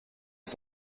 des